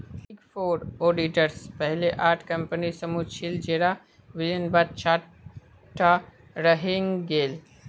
big four auditors पहले आठ कम्पनीर समूह छिल जेरा विलयर बाद चार टा रहेंग गेल